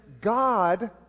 God